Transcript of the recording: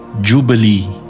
Jubilee